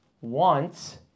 wants